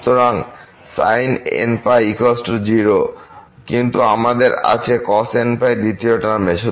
sin nπ0 কিন্তু আমাদের আছে cos nπ দ্বিতীয় টার্ম এ